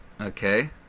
okay